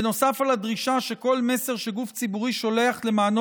נוסף על הדרישה שכל מסר שגוף ציבורי שולח למענו